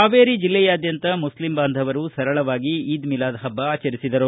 ಹಾವೇರಿ ಜಿಲ್ಲೆಯಾದ್ಯಾಂತ ಮುಸ್ಲಿಂ ಬಾಂಧವರು ಸರಳವಾಗಿ ಈದ್ ಮಿಲಾದ್ ಹಬ್ಬ ಆಚರಿಸಿದರು